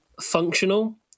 functional